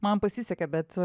man pasisekė bet